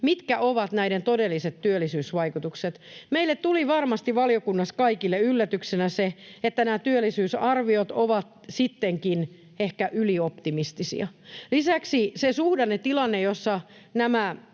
mitkä ovat näiden todelliset työllisyysvaikutukset. Meille tuli varmasti valiokunnassa kaikille yllätyksenä, että nämä työllisyysarviot ovat sittenkin ehkä ylioptimistisia. Lisäksi se suhdannetilanne, jossa nämä